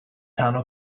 tunnel